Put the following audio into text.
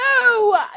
no